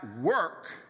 work